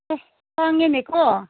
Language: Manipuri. ꯑꯦ ꯇꯥꯡꯉꯤꯅꯦꯀꯣ